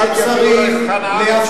הרי מוטב, יביאו לו את חנה ארנדט.